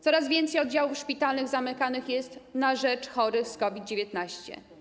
Coraz więcej oddziałów szpitalnych jest zamykanych na rzecz chorych na COVID-19.